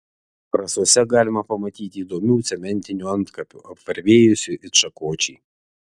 rasose galima pamatyti įdomių cementinių antkapių apvarvėjusių it šakočiai